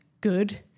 good